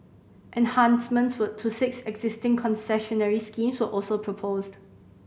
enhancements for to six existing concessionary schemes were also proposed